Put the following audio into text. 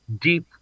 deep